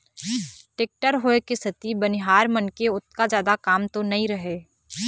tractor होय के सेती बनिहार मन के ओतका जादा काम तो नइ रहय